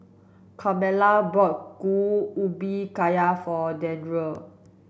Carmella bought Kuih Ubi Kayu for Dandre